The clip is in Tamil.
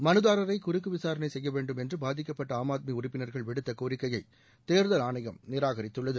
மனுதாரரை குறுக்கு விசாரணை செய்ய வேண்டும் என்று பாதிக்கப்பட்ட ஆம் ஆத்மி உறுப்பினர்கள் விடுத்த கோரிக்கையை தேர்தல் ஆணையம் நிராகரித்துள்ளது